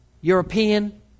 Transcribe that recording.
European